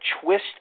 twist